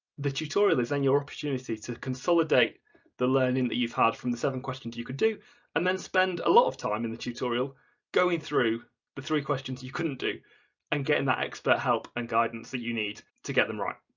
the tutorial is then your opportunity to consolidate the learning that you've had from the seven questions you could do and then spend a lot of time in the tutorial going through the three questions you couldn't do and getting that expert help and guidance that you need to get them right.